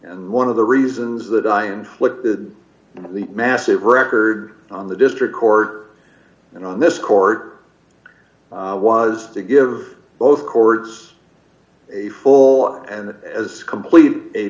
and one of the reasons that i inflicted the massive record on the district court and on this court was to give both courts a full and as complete a